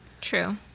True